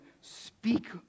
speak